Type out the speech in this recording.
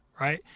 right